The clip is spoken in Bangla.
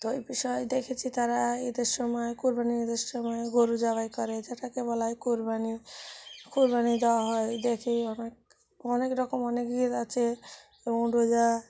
তো এই বিষয়ে দেখেছি তারা ঈদের সময় কুরবানি ঈদের সময় গরু জবাই করে যেটাকে বলা হয় কুরবানি কুরবানি দেওয়া হয় দেখেই অনেক অনেক রকম অনেক ঈদ আছে এবং রোজা